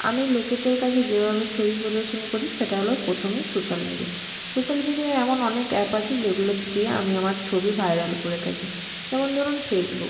আমি লোকেদের কাছে যেভাবে ছবি প্রদর্শন করি সেটা হলো প্রথমেই সোশ্যাল মিডিয়া সোশ্যাল মিডিয়ার এমন অনেক অ্যাপ আছে যেগুলো দিয়ে আমি আমার ছবি ভাইরাল করে থাকি যেমন ধরুন ফেসবুক